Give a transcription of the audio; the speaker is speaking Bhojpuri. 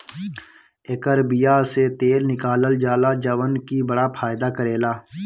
एकर बिया से तेल निकालल जाला जवन की बड़ा फायदा करेला